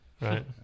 right